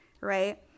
Right